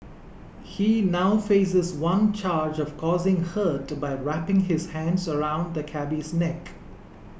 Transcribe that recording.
he now faces one charge of causing hurt by wrapping his hands around the cabby's neck